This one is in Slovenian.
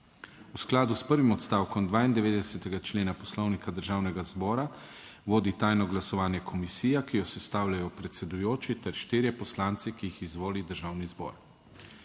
V skladu s prvim odstavkom 92. člena Poslovnika Državnega zbora vodi tajno glasovanje komisija, ki jo sestavljajo predsedujoči ter štirje poslanci, ki jih izvoli Državni zbor.